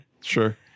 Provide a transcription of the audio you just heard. Sure